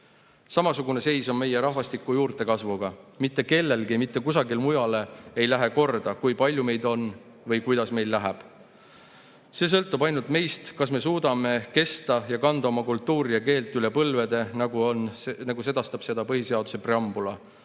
Samasugune seis on meie rahvastiku juurdekasvuga. Mitte kellelegi mitte kusagil mujal ei lähe korda, kui palju meid on või kuidas meil läheb. See sõltub ainult meist, kas me suudame kesta ja kanda oma kultuuri ja keelt üle põlvede, nagu sedastab põhiseaduse preambul.